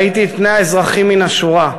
ראיתי את פני האזרחים מן השורה,